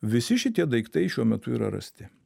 visi šitie daiktai šiuo metu yra rasti